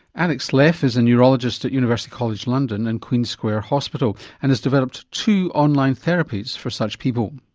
alex leff is a neurologist at university college london and queen's square hospital and has developed two online therapies for such people.